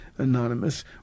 anonymous